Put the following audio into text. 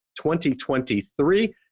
2023